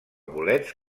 bolets